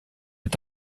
est